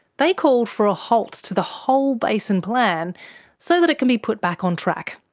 they called for a halt to the whole basin plan so that it can be put back on track.